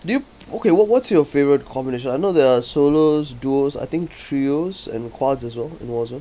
do you okay what what's your favourite combination I know there are solos duos I think trios and quads as well in warzone